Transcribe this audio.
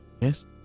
yes